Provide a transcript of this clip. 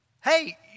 Hey